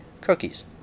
Cookies